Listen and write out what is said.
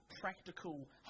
practical